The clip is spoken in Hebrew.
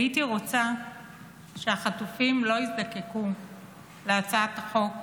הייתי רוצה שהחטופים לא יזדקקו להצעת החוק,